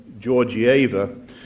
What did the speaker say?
Georgieva